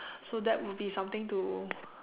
so that would be something to